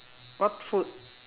what food